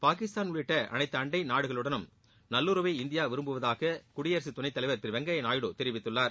பாகிஸ்தான் உள்ளிட்ட அனைத்து அண்டை நாடுகளுடன் நல்லுறவை இந்தியா விரும்புவதாக குடியரக துணைத்தலைவர் திரு வெங்கையா நாயுடு தெரிவித்துள்ளார்